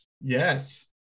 Yes